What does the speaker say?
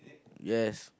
yes